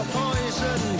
poison